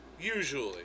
Usually